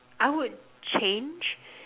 I would change